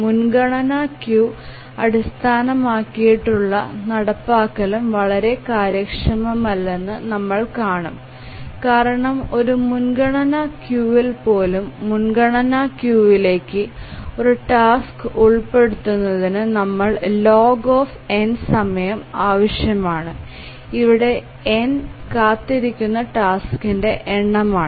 മുൻഗണനാ ക്യൂ അടിസ്ഥാനമാക്കിയുള്ള നടപ്പാക്കലും വളരെ കാര്യക്ഷമമല്ലെന്ന് നമ്മൾ കാണും കാരണം ഒരു മുൻഗണനാ ക്യൂവിൽ പോലും മുൻഗണനാ ക്യൂവിലേക്ക് ഒരു ടാസ്ക് ഉൾപ്പെടുത്തുന്നതിന് നമ്മൾ log സമയം ആവശ്യമാണ് ഇവിടെ n കാത്തിരിക്കുന്ന ടാസ്കിന്റെ എണ്ണം ആണ്